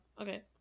Okay